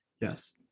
yes